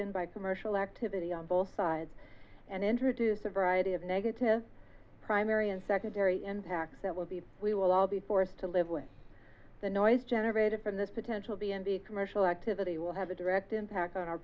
in by commercial activity on both sides and introduce a variety of negative primary and secondary impacts that will be we will all be forced to live with the noise generated from this potential b m d commercial activity will have a direct impact on our